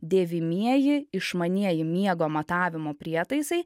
dėvimieji išmanieji miego matavimo prietaisai